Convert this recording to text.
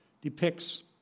depicts